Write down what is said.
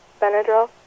Benadryl